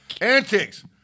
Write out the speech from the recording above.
Antics